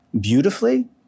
beautifully